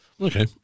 okay